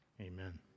Amen